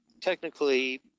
Technically